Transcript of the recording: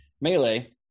melee